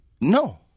No